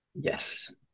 Yes